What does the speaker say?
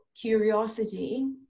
curiosity